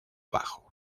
bajo